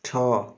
ଛଅ